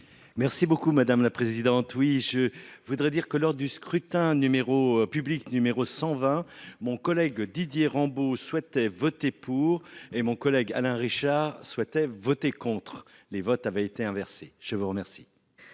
Merci beaucoup madame la présidente. Oui, je voudrais dire que lors du scrutin numéro public numéro 120. Mon collègue Didier Rambaud souhaitaient voter pour et mon collègue Alain Richard souhaitaient voter contre les votes avaient été inversés, je vous remercie.